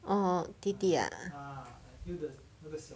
orh 弟弟 ah